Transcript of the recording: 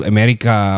America